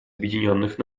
объединенных